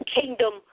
kingdom